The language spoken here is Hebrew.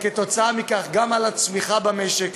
וכתוצאה מכך גם על הצמיחה במשק,